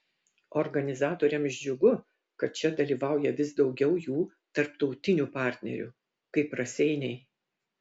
organizatoriams džiugu kad čia dalyvauja vis daugiau jų tarptautinių partnerių kaip raseiniai